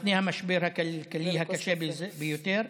לפני המשבר הכלכלי הקשה ביותר,